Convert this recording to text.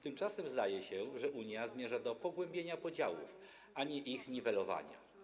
Tymczasem zdaje się, że Unia zmierza do pogłębiania podziałów, a nie ich niwelowania.